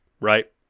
right